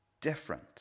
different